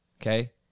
Okay